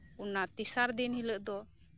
ᱚᱱᱟ ᱛᱮᱥᱟᱨ ᱫᱤᱱᱦᱤᱞᱟᱹᱜ ᱫᱚ